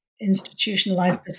institutionalized